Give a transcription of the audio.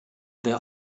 their